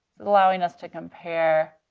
and allowing us to compare